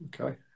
Okay